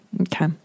Okay